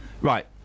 right